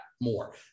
more